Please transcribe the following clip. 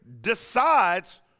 decides